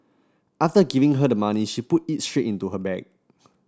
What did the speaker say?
after giving her the money she put it straight into her bag